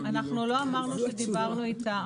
אנחנו לא אמרנו שדיברנו איתה.